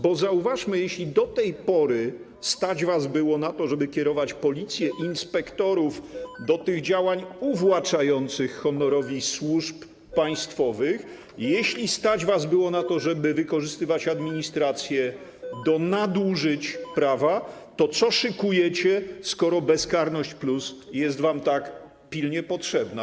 Bo zauważmy: Jeśli do tej pory stać was było na to, żeby kierować policję, inspektorów do tych działań uwłaczających honorowi służb państwowych, jeśli stać was było na to, żeby wykorzystywać administrację do nadużyć prawa, to co szykujecie, skoro bezkarność+ jest wam tak pilnie potrzebna?